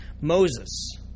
Moses